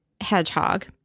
hedgehog